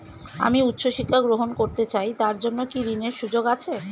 আমি উচ্চ শিক্ষা গ্রহণ করতে চাই তার জন্য কি ঋনের সুযোগ আছে?